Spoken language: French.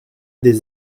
des